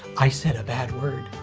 i said a bad word,